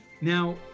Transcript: Now